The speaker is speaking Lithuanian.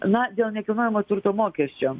na dėl nekilnojamo turto mokesčio